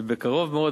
ובקרוב מאוד,